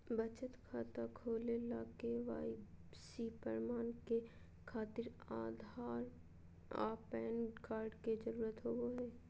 बचत खाता खोले ला के.वाइ.सी प्रमाण के खातिर आधार आ पैन कार्ड के जरुरत होबो हइ